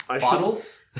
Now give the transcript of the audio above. bottles